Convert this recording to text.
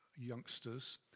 youngsters